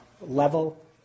level